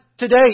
today